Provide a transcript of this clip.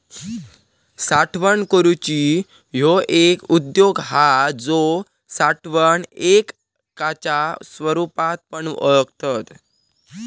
साठवण करूची ह्यो एक उद्योग हा जो साठवण एककाच्या रुपात पण ओळखतत